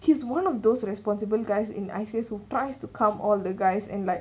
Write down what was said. he's one of those responsible guys in I_C_S who tries to calm all the guys and like